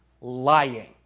lying